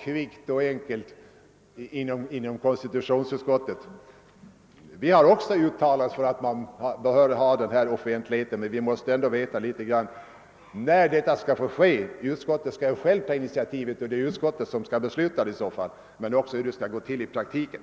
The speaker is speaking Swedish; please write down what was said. kvickt och enkelt. Vi har också uttalat oss för att man bör ha denna offentlighet, men vi måste veta något om när detta skall få ske. Utskottet skall ju ta initiativ och besluta, och vi måste få veta hur det skall gå till i praktiken.